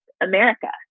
America